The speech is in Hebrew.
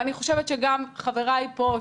ואני חושבת שגם חבריי פה,